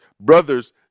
brothers